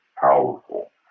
powerful